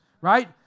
right